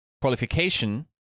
qualification